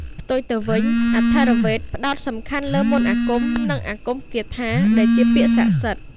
ផ្ទុយទៅវិញ អថវ៌េទ ផ្ដោតសំខាន់លើ មន្តអាគម និង អាគមគាថា ដែលជាពាក្យស័ក្តិសិទ្ធិ។